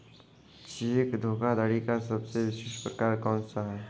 Check धोखाधड़ी का सबसे विशिष्ट प्रकार कौन सा है?